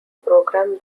program